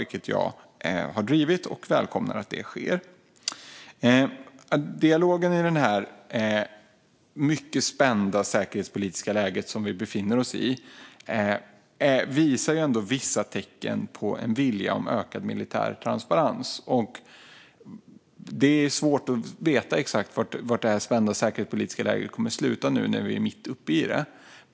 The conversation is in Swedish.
Detta har jag drivit, och jag välkomnar att det sker. Dialogen i detta mycket spända säkerhetspolitiska läge som vi befinner oss i visar ändå vissa tecken på en vilja till ökad militär transparens. Det är svårt att veta exakt var detta spända säkerhetspolitiska läge kommer att sluta nu när vi är mitt uppe i det.